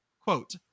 quote